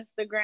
Instagram